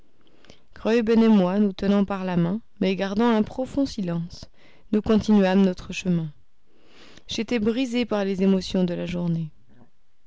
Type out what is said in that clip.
graüben et moi nous tenant par la main mais gardant un profond silence nous continuâmes notre chemin j'étais brisé par les émotions de la journée